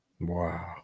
Wow